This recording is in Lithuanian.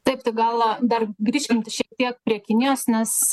taip tik gal dar grįšim šiek tiek prie kinijos nes